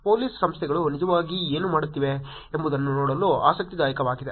police ಸಂಸ್ಥೆಗಳು ನಿಜವಾಗಿ ಏನು ಮಾಡುತ್ತಿವೆ ಎಂಬುದನ್ನು ನೋಡಲು ಆಸಕ್ತಿದಾಯಕವಾಗಿದೆ